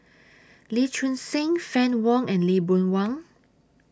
Lee Choon Seng Fann Wong and Lee Boon Wang